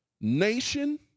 nation